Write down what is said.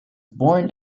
born